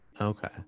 Okay